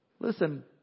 Listen